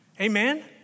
Amen